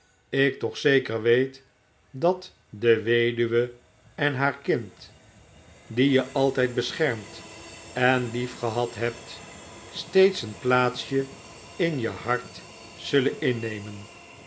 ik toch zeker weet dat de weduwe en haar kind die je altijd beschermd en liefgehad hebt steeds een plaatsje in je hart zutlen innemen